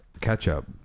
ketchup